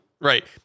Right